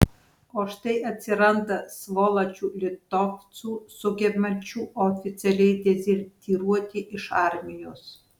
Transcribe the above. o štai atsiranda svoločių litovcų sugebančių oficialiai dezertyruoti iš armijos